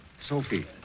Sophie